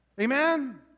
Amen